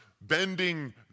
bending